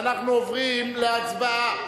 ואנחנו עוברים להצבעה.